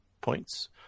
points